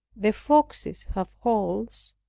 the foxes have holes,